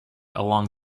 along